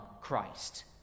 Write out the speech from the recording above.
Christ